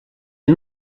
est